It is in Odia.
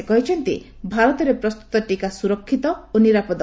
ସେହିପରି ଭାରତରେ ପ୍ରସ୍ତୁତ ଟିକା ସ୍ବରକ୍ଷିତ ଓ ନିରାପଦ